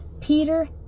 Peter